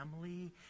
family